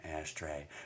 ashtray